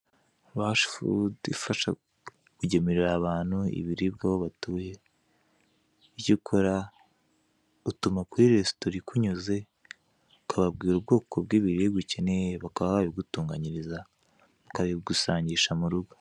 Rashi fudu ifasha kugemurira abantu ibiribwa aho batuye, icyo ukora utuma kuri resitora ikunyuze, ukababwira ubwoko bw'ibiribwa ukeneye bakaba babigutunganyiriza bakabigusangisha mu rugo.